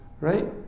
Right